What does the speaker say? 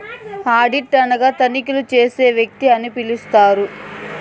audit అనగా తనిఖీలు చేసే వ్యక్తి అని పిలుత్తారు